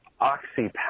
Oxy